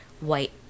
white